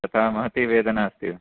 तथा महती वेदना अस्ति